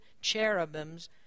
cherubims